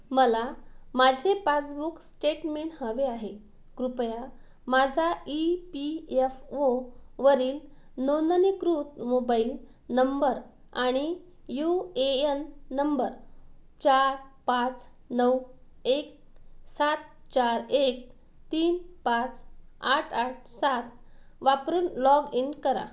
मला माझे passbook statement हवे आहे कृपया माझा ई पी यफ ओवरील नोंदणीकृत मोबाईल नंबर आणि यू ए यन नंबर चार पाच नऊ एक सात चार एक तीन पाच आठ आठ सात वापरून लॉग इन करा